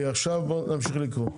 עכשיו, בואו נמשיך לקרוא.